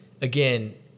again